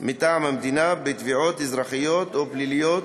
מטעם המדינה בתביעות אזרחיות או פליליות